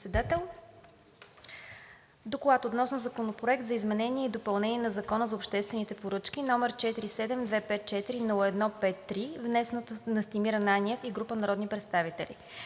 обсъди Законопроект за изменение и допълнение на Закона за обществените поръчки, № 47-254-01-53, внесен от Настимир Ананиев и група народни представители